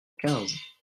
quinze